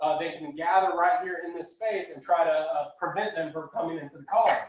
they can gather right here in this space and try to ah prevent them for coming into the